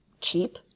cheap